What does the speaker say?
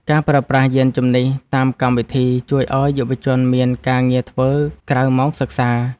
ការប្រើប្រាស់យានជំនិះតាមកម្មវិធី ជួយឱ្យយុវជនមានការងារធ្វើក្រៅម៉ោងសិក្សា។